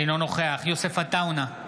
אינו נוכח יוסף עטאונה,